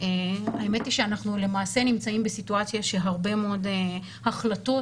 האמת היא שאנחנו למעשה נמצאים בסיטואציה שהרבה מאוד החלטות